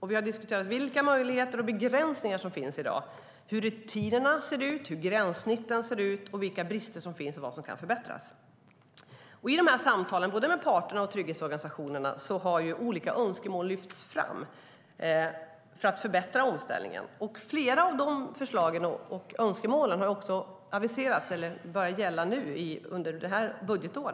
Vi har diskuterat vilka möjligheter och begränsningar som finns i dag, hur rutinerna och gränssnitten ser ut, vilka brister som finns och vad som kan förbättras. I dessa samtal med både parterna och trygghetsorganisationerna har olika önskemål lyfts fram för att förbättra omställningen. Flera av dessa förslag och önskemål har aviserats eller börjat gälla nu, under detta budgetår.